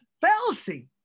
fallacy